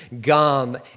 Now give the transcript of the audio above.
gum